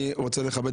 אני רוצה לכבד,